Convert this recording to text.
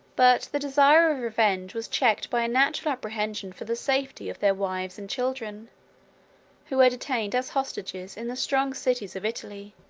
but the desire of revenge was checked by a natural apprehension for the safety of their wives and children who were detained as hostages in the strong cities of italy,